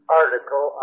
article